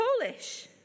Polish